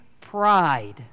pride